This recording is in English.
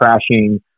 crashing